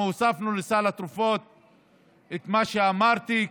אנחנו הוספנו לסל התרופות את מה שאמרתי,